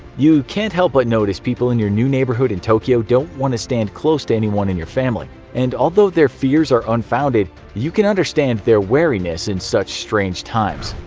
you can't help but notice that people in your new neighborhood in tokyo don't want to stand close to anyone in your family, and although their fears are unfounded, you can understand their wariness in such strange times.